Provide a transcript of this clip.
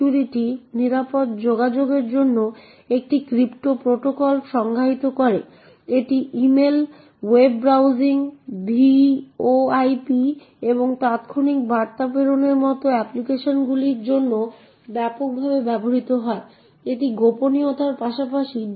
সুতরাং আসুন আমরা একক ধাপ বলি এবং দেখি ঠিক কি ঘটছে তাই আমরা si এর সাথে একক পদক্ষেপ করি